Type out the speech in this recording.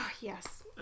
Yes